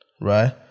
right